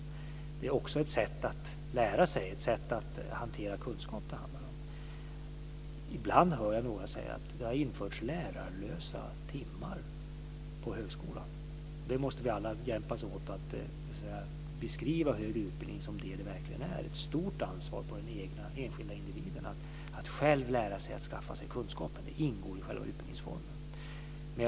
Det är också ett sätt att lära sig, ett sätt att hantera kunskap, som det handlar om. Ibland hör jag några säga att det har införts lärarlösa timmar på högskolan. Vi måste alla hjälpas åt att beskriva en utbildning som det den verkligen är. Det ligger ett stort ansvar på de enskilda individerna att själva lära sig att skaffa kunskap. Det ingår i själva utbildningsformen.